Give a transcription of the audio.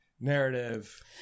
Narrative